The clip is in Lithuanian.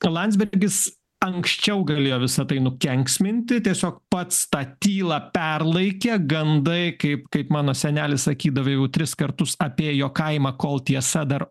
landsbergis anksčiau galėjo visa tai nukenksminti tiesiog pats tą tylą perlaikė gandai kaip kaip mano senelis sakydavo jau tris kartus apėjo kaimą kol tiesa dar